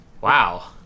wow